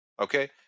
okay